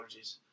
allergies